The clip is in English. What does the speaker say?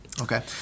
Okay